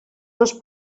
dos